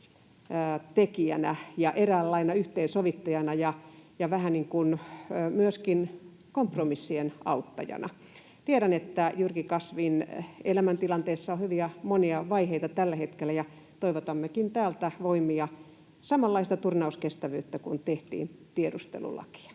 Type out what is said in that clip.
tekijänä ja eräällä lailla yhteensovittajana ja vähän niin kuin myöskin kompromissien auttajana. Tiedän, että Jyrki Kasvin elämäntilanteessa on hyvin monia vaiheita tällä hetkellä, ja toivotammekin täältä voimia, samanlaista turnauskestävyyttä kuin silloin, kun tehtiin tiedustelulakeja.